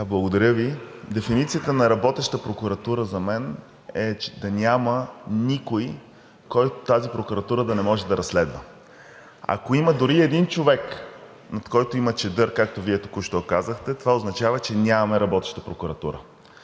благодаря Ви. Дефиницията за работеща прокуратура за мен е да няма никой, който тази прокуратура да не може да разследва. Ако има дори един човек, над който има чадър, както Вие току-що казахте, означава, че нямаме работеща прокуратура.